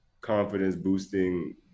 confidence-boosting